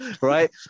Right